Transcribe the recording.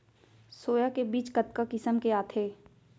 Soya के बीज कतका किसम के आथे?